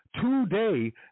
Today